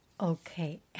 Okay